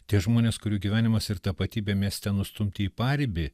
tie žmonės kurių gyvenimas ir tapatybė mieste nustumti į paribį